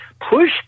Push